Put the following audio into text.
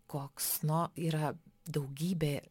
koks no yra daugybė